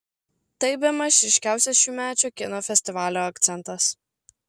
tai bemaž ryškiausias šiųmečio kino festivalio akcentas